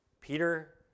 Peter